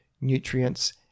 nutrients